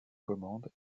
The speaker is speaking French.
commande